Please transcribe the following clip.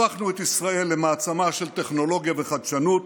הפכנו את ישראל למעצמה של טכנולוגיה וחדשנות,